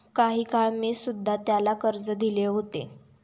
काही काळ मी सुध्धा त्याला कर्ज दिले होते